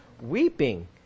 weeping